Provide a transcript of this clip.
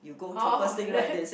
orh is it